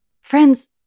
Friends